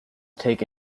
take